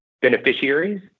beneficiaries